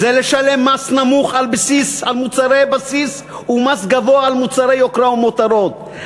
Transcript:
זה לשלם מס נמוך על מוצרי בסיס ומס גבוה על מוצרי יוקרה ומותרות.